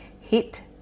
hit